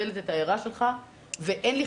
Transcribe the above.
אין לי,